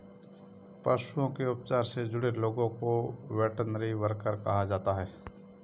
पशुओं के उपचार से जुड़े लोगों को वेटरनरी वर्कर कहा जा सकता है